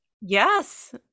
Yes